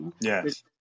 Yes